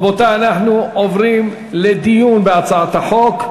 רבותי, אנחנו עוברים לדיון בהצעת החוק.